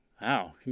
Wow